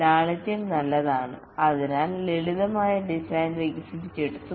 ലാളിത്യം നല്ലതാണ് അതിനാൽ ലളിതമായ ഡിസൈൻ വികസിപ്പിച്ചെടുത്തു